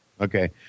Okay